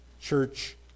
church